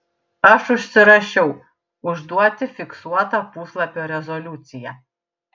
aš užsirašiau užduoti fiksuotą puslapio rezoliuciją